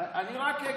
איך שכחת,